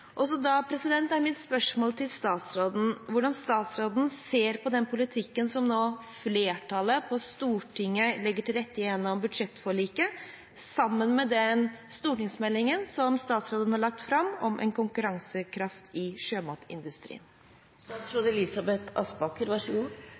Da er mitt spørsmål til statsråden hvordan statsråden ser på den politikken som nå flertallet på Stortinget legger til rette for gjennom budsjettforliket, sammen med den stortingsmeldingen som statsråden har lagt fram om en konkurransekraftig sjømatindustri. Jeg er veldig enig med representanten Hjemdal i